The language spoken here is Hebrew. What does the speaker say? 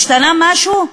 השתנה משהו?